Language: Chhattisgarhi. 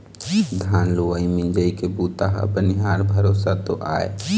धान लुवई मिंजई के बूता ह बनिहार भरोसा तो आय